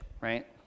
right